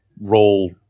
role